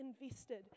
invested